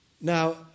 Now